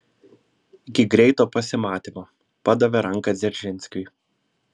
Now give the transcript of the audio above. iki greito pasimatymo padavė ranką dzeržinskiui